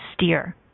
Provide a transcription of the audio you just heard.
steer